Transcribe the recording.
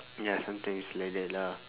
ya sometimes it's like that lah